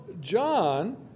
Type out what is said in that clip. John